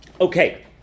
okay